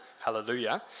Hallelujah